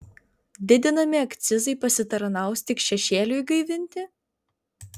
didinami akcizai pasitarnaus tik šešėliui gaivinti